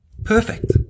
perfect